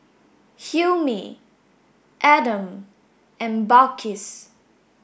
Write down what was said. Hilmi Adam and Balqis